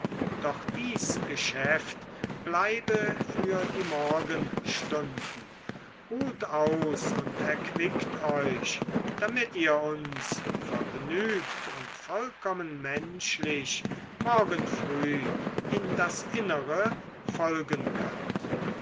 doch dies geschäft bleibe für die morgenstunden ruht aus und erquickt euch damit ihr uns vergnügt und vollkommen menschlich morgen früh in das innere folgen könnt